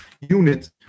unit